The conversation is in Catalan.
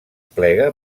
plega